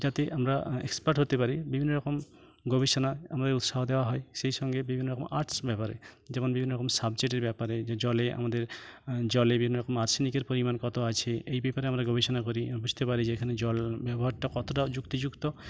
যাতে আমরা এক্সপার্ট হতে পারি বিভিন্ন রকম গবেষণায় আমাদের উৎসাহ দেওয়া হয় সেই সঙ্গে বিভিন্ন রকম আর্টস ব্যবহারে যেমন বিভিন্ন রকম সাবজেক্টের ব্যাপারে যে জলে আমাদের জলে বিভিন্ন রকম আর্সেনিকের পরিমাণ কত আছে এই ব্যাপারে আমরা গবেষণা করি বুঝতে পারি যে এখানে জল ব্যবহারটা কতটা যুক্তিযুক্ত